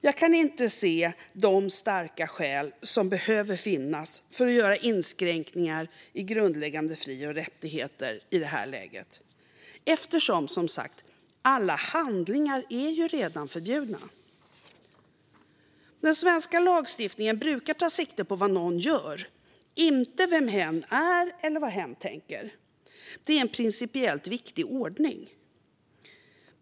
Jag kan inte se de starka skäl som behöver finnas för att göra inskränkningar i grundläggande fri och rättigheter i det här läget, eftersom alla handlingar som sagt redan är förbjudna. Den svenska lagstiftningen brukar ta sikte på vad någon gör, inte vem hen är eller vad hen tänker. Det är en principiellt viktig ordning.